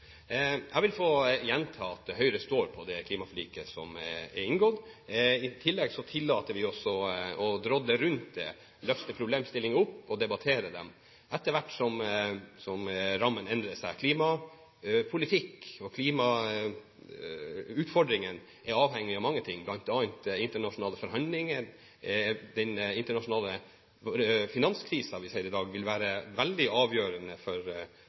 Jeg vil få gjenta at Høyre står på det klimaforliket som er inngått. I tillegg tillater vi oss å drodle rundt det, løfte problemstillinger opp og debattere dem etter hvert som rammen endrer seg. Klimapolitikk og klimautfordringene er avhengig av mange ting, bl.a. internasjonale forhandlinger. Den internasjonale finanskrisen vi ser i dag, vil være veldig avgjørende for